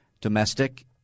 domestic